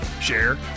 share